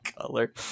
color